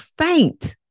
faint